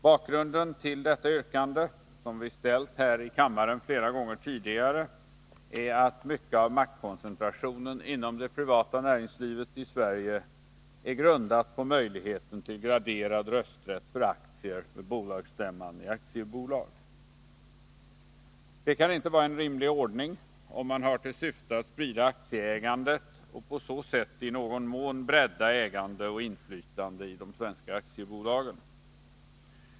Bakgrunden till detta yrkande, som vi har ställt här i kammaren flera gånger tidigare, är att mycket av maktkoncentrationen inom det privata näringslivet i Sverige är grundad på möjligheten till graderad rösträtt för aktier på bolagsstämman i aktiebolag. Det kan inte vara en rimlig ordning, om man har till syfte att sprida aktieägandet och på så sätt i någon mån sprida ägande och inflytande i de svenska aktiebolagen.